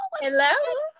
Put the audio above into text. Hello